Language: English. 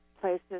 places